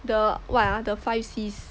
the what ah the five C's